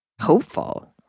hopeful